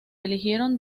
eligieron